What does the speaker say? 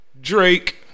Drake